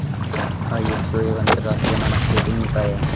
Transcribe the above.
ISO एक अंतरराष्ट्रीय मानक सेटिंग निकाय है